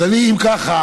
אם כך,